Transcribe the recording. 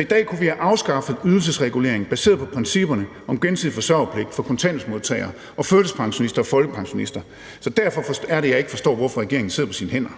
I dag kunne vi have afskaffet ydelsesreguleringen baseret på principperne om gensidig forsørgerpligt for kontanthjælpsmodtagere og førtidspensionister og folkepensionister. Derfor forstår jeg ikke, hvorfor regeringen sidder på sine hænder.